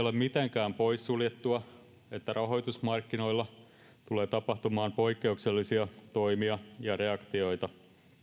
ole mitenkään poissuljettua että rahoitusmarkkinoilla tulee tapahtumaan poikkeuksellisia toimia ja reaktioita